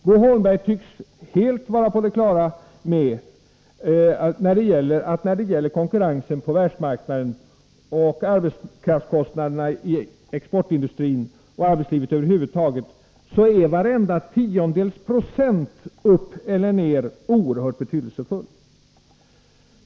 Bo Holmberg tycks helt vara på det klara med att när det gäller konkurrensen på världsmarknaden och arbetskraftskostnaderna i exportindustrin och arbetslivet över huvud taget, är varenda tiondels procent upp eller ner oerhört betydelsefull.